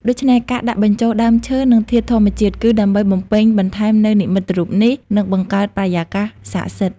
ដូច្នេះ ការដាក់បញ្ចូលដើមឈើ និងធាតុធម្មជាតិ គឺដើម្បីបំពេញបន្ថែមនូវនិមិត្តរូបនេះ និងបង្កើតបរិយាកាសស័ក្តិសិទ្ធិ។